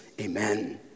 Amen